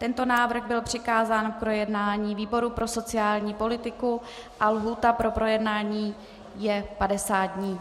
Tento návrh byl přikázán k projednání výboru pro sociální politiku a lhůta pro projednání je 50 dní.